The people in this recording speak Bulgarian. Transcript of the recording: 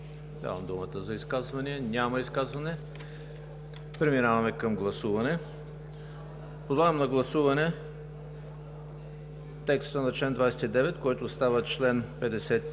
Давам думата за изказвания. Няма изказвания. Преминаваме към гласуване. Подлагам на гласуване редакцията на чл. 34, който става чл. 58,